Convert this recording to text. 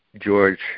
George